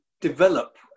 develop